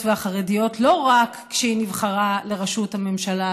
והחרדיות לא רק כשהיא נבחרה לראשות הממשלה,